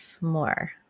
more